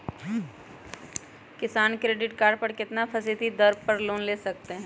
किसान credit card कितना फीसदी दर पर लोन ले सकते हैं?